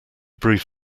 brief